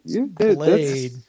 blade